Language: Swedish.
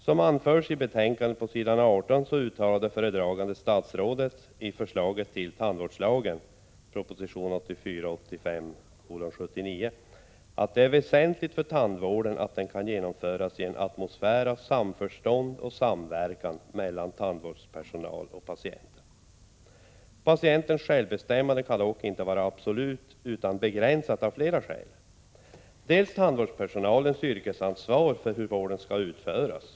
Som utskottet framhåller i betänkandet på s. 18 uttalade föredragande statsrådet i förslaget till tandvårdslagen att det är väsentligt för tandvården att den kan genomförasi en atmosfär av samförstånd och samverkan mellan tandvårdspersonalen och patienten. Patientens självbestämmande kan dock inte vara absolut utan måste vara begränsat, av flera skäl. Ett skäl är tandvårdspersonalens yrkesansvar för hur vården skall utföras.